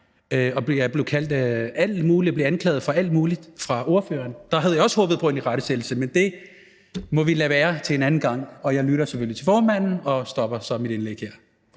og anklaget for alt muligt fra ordføreren? Der havde jeg også håbet på en irettesættelse, men det må vi lade være til en anden gang. Jeg lytter selvfølgelig til formanden og stopper så mit indlæg her.